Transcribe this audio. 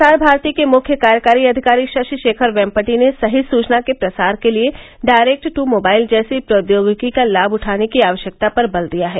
प्रसार भारती के मुख्य कार्यकारी अधिकारी शशि शेखर वेम्पटी ने सही सुचना के प्रसार के लिए डायरेक्ट ट् मोबाइल जैसी प्रौद्योगिकी का लाभ उठाने की आवश्यकता पर बल दिया है